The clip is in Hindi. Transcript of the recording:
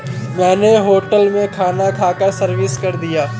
मैंने होटल में खाना खाकर सर्विस कर दिया है